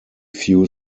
few